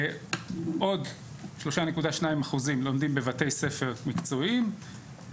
עוד 3.2% לומדים בבתי ספר מקצועיים,